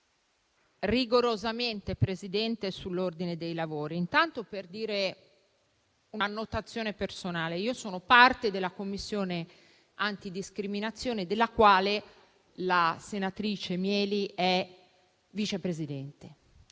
rigorosamente sull'ordine dei lavori, intanto per un'annotazione personale: faccio parte della Commissione antidiscriminazioni, della quale la senatrice Mieli è Vice Presidente,